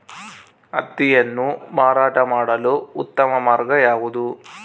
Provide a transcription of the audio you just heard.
ಹತ್ತಿಯನ್ನು ಮಾರಾಟ ಮಾಡಲು ಉತ್ತಮ ಮಾರ್ಗ ಯಾವುದು?